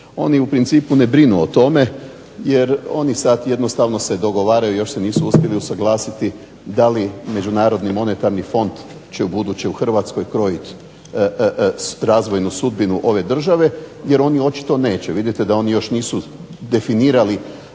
Oni u principu ne brinu o tome jer oni sad jednostavno se dogovaraju, još se nisu uspjeli usuglasiti da li Međunarodni monetarni fond će ubuduće u Hrvatskoj krojiti razvojnu sudbinu ove države jer oni očito neće. Vidite da oni još nisu definirali